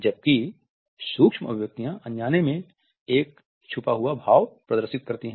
जबकि सूक्ष्म अभिव्यक्तियां अनजाने में एक छुपा हुआ भाव प्रदर्शित करती हैं